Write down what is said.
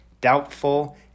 Doubtful